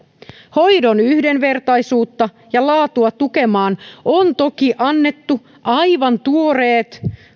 hoidon yhdenvertaisuutta ja laatua tukemaan on toki annettu aivan tuoreet